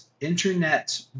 internet